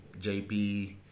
JP